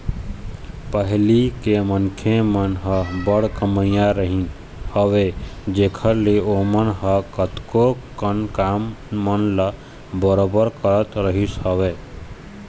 पहिली के मनखे मन ह बड़ कमइया रहिस हवय जेखर ले ओमन ह कतको कन काम मन ल बरोबर करत रहिस हवय